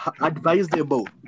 advisable